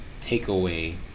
takeaway